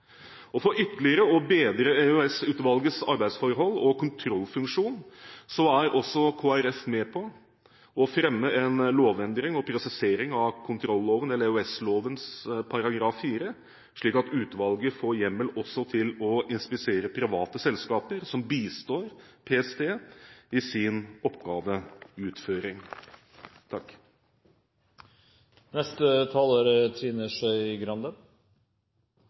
tjenestene. For ytterligere å bedre EOS-utvalgets arbeidsforhold og kontrollfunksjon er også Kristelig Folkeparti med på å fremme en lovendring og presisering av EOS-loven § 4, slik at utvalget får hjemmel også til å inspisere private selskaper som bistår PST i sin